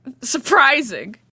surprising